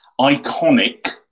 iconic